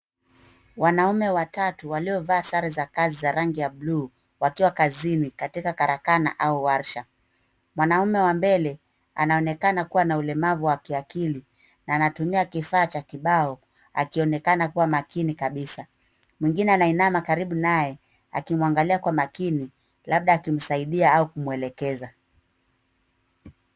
Wanaume watatu waliovaa sare za kazi za blue , wakiwa kazini katika karakana au warsha. Mwanaume wa mbele, anaonekana kuwa na ulemavu wa kiakili, na anatumia kifaa cha kibao, akionekana kuwa makini kabisa, mwingine anainama karibu naye, akimwangalia kwa makini, labda akimsaidia au kumwelekeza.